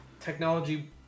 Technology